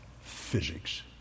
physics